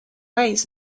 ways